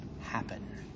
happen